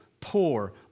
poor